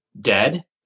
dead